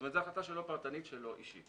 זו החלטה פרטנית אישית שלו.